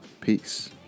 peace